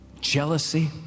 jealousy